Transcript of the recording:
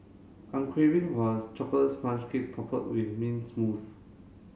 I'm craving for a chocolate sponge cake with mint mousse